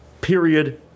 Period